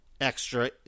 extra